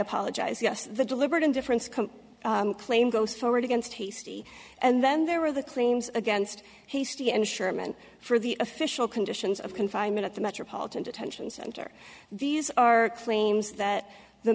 apologize yes the deliberate indifference can claim goes forward against hasty and then there were the claims against hasty and sherman for the official conditions of confinement at the metropolitan detention center these are claims that the